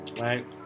right